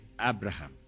Abraham